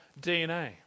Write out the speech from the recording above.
DNA